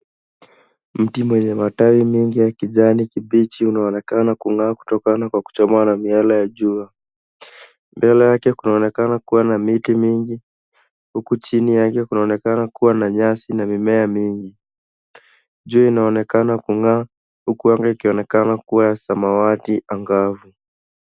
Mti mwenye matawi mengi ya kijani kibichi unaonekana kung'aa kutokana kwa kuchomwa na miale ya jua. Mbele yake kunaonekana kuwa na miti mingi huku chini yake kunaonekana kuwa na nyasi na mimea mingi. Jua inaonekana kung'aa huku anga ikionekana kuwa ya samawati angavu.